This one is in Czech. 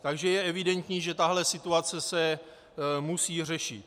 Takže je evidentní, že tahle situace se musí řešit.